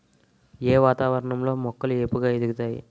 ఏ వాతావరణం లో మొక్కలు ఏపుగ ఎదుగుతాయి?